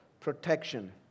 protection